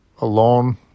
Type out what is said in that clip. alone